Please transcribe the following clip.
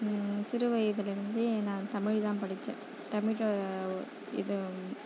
சிறு வயதிலிருந்தே நான் தமிழ் தான் படித்தேன் தமிழை இது